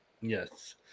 Yes